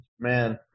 Man